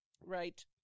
Right